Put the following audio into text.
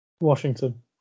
Washington